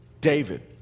david